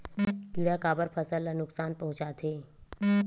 किड़ा काबर फसल ल नुकसान पहुचाथे?